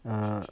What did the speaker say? ah